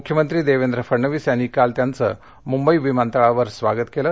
मुख्यमंत्री देवेंद्र फडणवीस यांनी काल त्यांचं मुंबई विमानतळावर स्वागत केलं